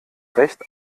recht